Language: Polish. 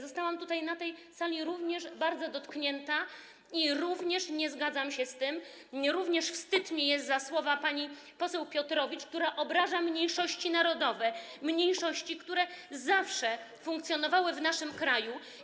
Zostałam na tej sali również bardzo dotknięta i również nie zgadzam się z tym, również wstyd mi jest za słowa pani poseł Pawłowicz, która obraża mniejszości narodowe, które zawsze funkcjonowały w naszym kraju.